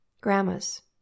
Grandmas